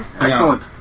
Excellent